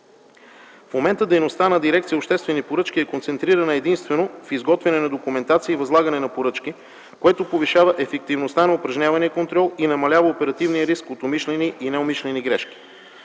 В момента дейността на Дирекция „Обществени поръчки” е концентрирана единствено в изготвяне на документация и възлагане на поръчки, което повишава ефективността на упражнявания контрол и намалява оперативния риск от умишлени и неумишлени грешки.